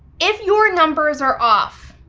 if your numbers are off,